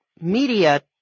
media